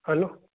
hello